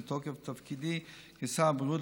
מתוקף תפקידי כשר הבריאות,